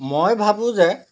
মই ভাবোঁ যে